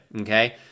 okay